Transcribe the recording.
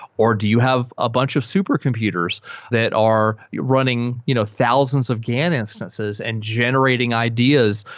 or do you have a bunch of supercomputers that are running you know thousands of gan instances and generating ideas?